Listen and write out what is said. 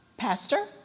Pastor